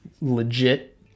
legit